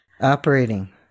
operating